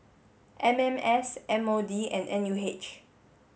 M M S M O D and N U H